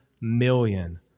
million